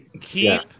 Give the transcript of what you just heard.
keep